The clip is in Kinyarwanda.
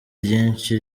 ryinshi